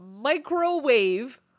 microwave